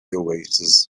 oasis